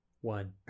One